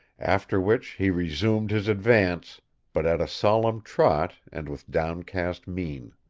after which he resumed his advance but at a solemn trot and with downcast mien.